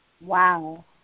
Wow